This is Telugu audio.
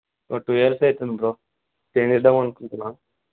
ఒక టూ ఇయర్స్ అయితుంది బ్రో చేంజ్ చేద్దాం అనుకుంటున్నాను